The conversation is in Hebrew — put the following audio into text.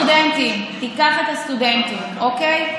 תיקח את הסטודנטים, תיקח את הסטודנטים, אוקיי?